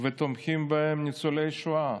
איתם ותומכים בהם, ניצולי השואה,